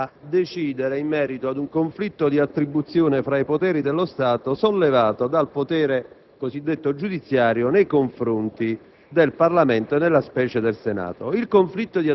ancora una volta quest'Aula è chiamata a decidere in merito ad un conflitto di attribuzione fra poteri dello Stato, sollevato dal potere cosiddetto giudiziario nei confronti